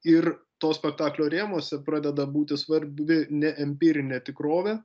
ir to spektaklio rėmuose pradeda būti svarbi ne empirinė tikrovė